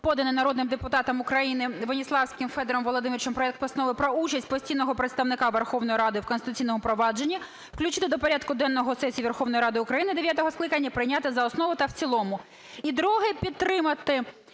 поданий народним депутатом України Веніславським Федором Володимировичем проект Постанови про участь постійного представника Верховної Ради у конституційному провадженні включити до порядку денного сесії Верховної Ради України дев'ятого скликання і прийняти за основу та в цілому. І друге: підтримати,